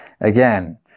again